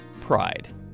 Pride